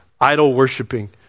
idol-worshiping